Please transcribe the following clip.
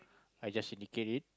I just indicate it